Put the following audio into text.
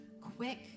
quick